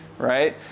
right